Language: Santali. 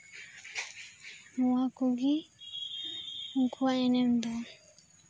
ᱱᱚᱣᱟ ᱠᱩᱜᱤ ᱩᱱᱠᱩᱣᱟᱜ ᱮᱱᱮᱢ ᱫᱚ